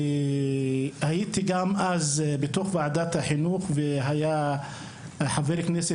והייתי גם אז בתוך ועדת החינוך והיה חבר הכנסת